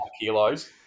kilos